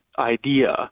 idea